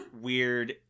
weird